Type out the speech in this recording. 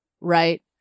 right